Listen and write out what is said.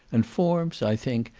and forms, i think,